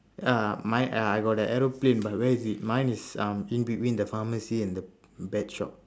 ya mine ya I got the aeroplane but where is it mine is uh in between the pharmacy and the pet shop